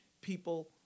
people